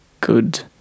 good